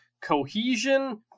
cohesion